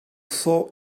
saw